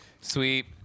Sweet